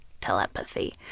Telepathy